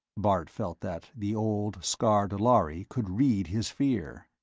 bart felt that the old, scarred lhari could read his fear.